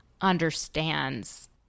understands